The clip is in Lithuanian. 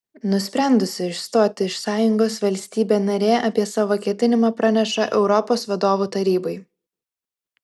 nusprendusi išstoti iš sąjungos valstybė narė apie savo ketinimą praneša europos vadovų tarybai